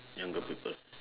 younger people